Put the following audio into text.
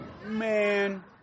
Man